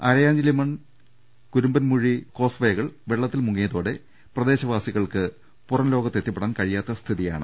അരയാഞ്ഞിലിമൺ കുരുമ്പൻമൂഴി ക്രോസ്വെകൾ വെള്ള ത്തിൽ മുങ്ങിയതോടെ പ്രദേശവാസികൾക്ക് പുറംലോകത്ത് എത്തിപ്പെടാൻ കഴിയാത്ത സ്ഥിതിയാണ്